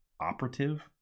operative